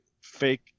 fake